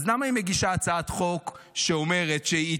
אז למה היא מגישה הצעת חוק שאומרת שהיא